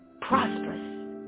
Prosperous